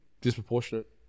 disproportionate